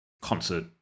concert